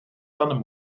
tanden